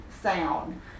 sound